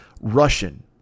Russian